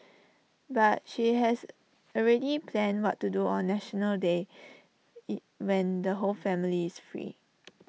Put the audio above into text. but she has already planned what to do on National Day when the whole family is free